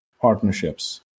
partnerships